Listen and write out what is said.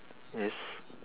yes